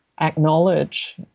acknowledge